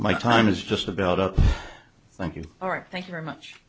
my time is just about up thank you all right thank you very much